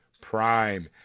Prime